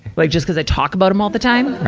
like just cuz i talk about em all the time?